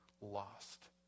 lost